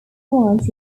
crunch